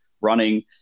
running